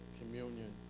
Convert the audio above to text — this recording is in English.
communion